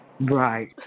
Right